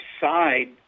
side